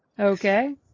Okay